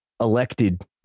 elected